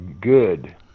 good